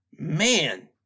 man